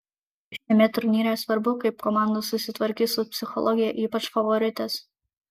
šiame turnyre svarbu kaip komandos susitvarkys su psichologija ypač favoritės